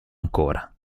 ancora